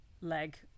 leg